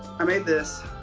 i made this.